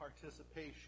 participation